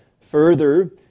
further